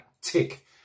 tick